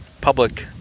public